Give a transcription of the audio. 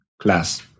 class